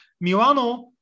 Milano